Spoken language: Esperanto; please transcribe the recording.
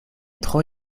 tro